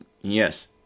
Yes